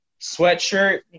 sweatshirt